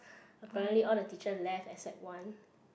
apparently all the teacher left except one